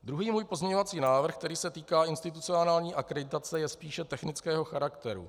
Druhý můj pozměňovací návrh, který se týká institucionální akreditace, je spíše technického charakteru.